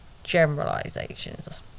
generalizations